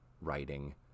writing